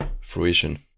fruition